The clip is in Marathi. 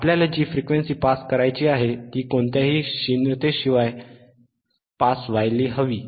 आपल्याला जी फ्रिक्वेन्सी पास करायची आहे ती कोणत्याही क्षीणतेशिवाय पास व्हायला हवी